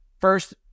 first